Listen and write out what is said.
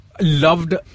loved